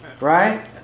Right